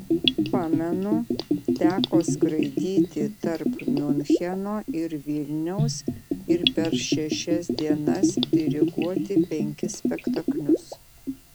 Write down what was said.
pamenu teko skraidyti tarp miuncheno ir vilniaus ir per šešias dienas diriguoti penkis spektaklius